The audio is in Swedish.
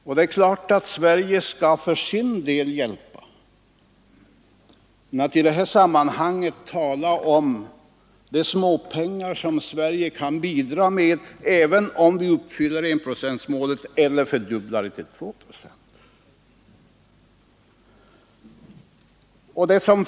Och det är klart att Sverige skall för sin del hjälpa, men de småpengar som Sverige kan bidra med — även om vi uppfyller enprocentsmålet eller fördubblar det till 2 procent — är som en droppe i havet.